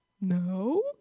No